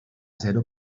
zero